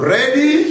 ready